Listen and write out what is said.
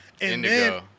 Indigo